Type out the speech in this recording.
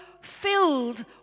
filled